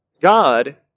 God